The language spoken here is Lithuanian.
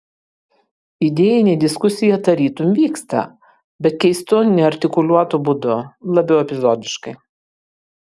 idėjinė diskusija tarytum vyksta bet keistu neartikuliuotu būdu labiau epizodiškai